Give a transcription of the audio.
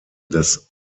des